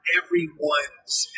everyone's